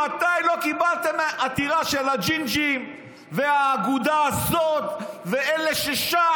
מתי לא קיבלתם עתירה של הג'ינג'ים והאגודה הזאת ואלה ששם,